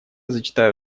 зачитаю